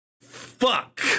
fuck